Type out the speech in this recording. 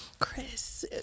Chris